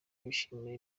bishimira